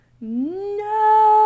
No